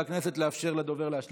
הכנסת לאפשר לדובר להשלים את דבריו.